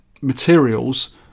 materials